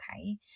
okay